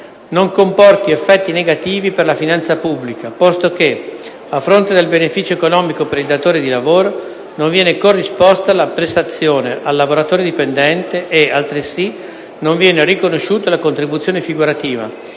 non comporti effetti negativi per la finanza, pubblica, posto che, a fronte del beneficio economico per il datore di lavoro, non viene corrisposta la prestazione al lavoratore dipendente e, altresı, non viene riconosciuta la contribuzione figurativa,